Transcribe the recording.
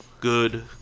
good